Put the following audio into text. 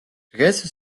დღეს